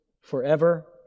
forever